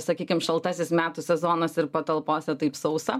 sakykime šaltasis metų sezonas ir patalpose taip sausa